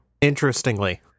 interestingly